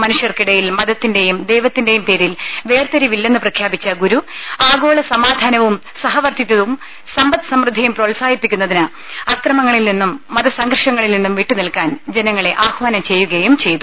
മനുഷ്യർക്കി ടയിൽ മതത്തിന്റെയും ദൈവത്തിന്റെയും പേരിൽ വേർതിരിവി ല്ലെന്ന് പ്രഖ്യാപിച്ച ഗുരുആഗോള സമാധാനവും സഹവർത്തി ത്വവും സമ്പദ് സമൃദ്ധിയും പ്രോത്സാഹിപ്പിക്കുന്നതിന് അക്രമങ്ങ ളിൽ നിന്നും മത സംഘർഷങ്ങളിൽ നിന്നും വിട്ടുനിൽക്കാൻ ജന ങ്ങളെ ആഹ്വാനം ചെയ്യുകയും ചെയ്തു